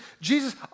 Jesus